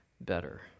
better